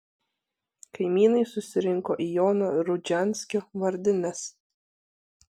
kaimynai susirinko į jono rudžianskio vardines